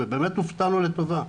ובאמת הופתענו לטובה,